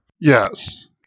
Yes